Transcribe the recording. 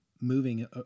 moving